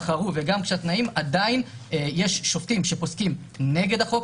עדיין יש שופטים שפוסקים נגד החוק.